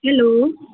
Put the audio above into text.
hello